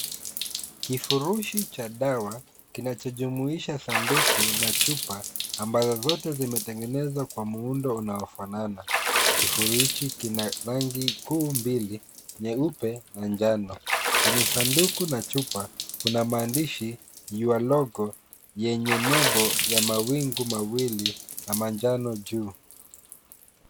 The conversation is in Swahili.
Kifurushi cha dawa kinachojumuisha sanduku na chupa ambazo zote zimetengenezwa kwa muundo unaofanana. Kifurishi kina rangi kuu mbili: nyeupe na njano, kwenye sanduku na chupa kuna maandishi Your logo yenye nembo ya mawingu mawili na manjano juu.